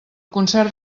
concert